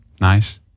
Nice